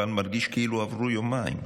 אבל מרגיש כאילו עברו יומיים.